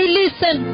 listen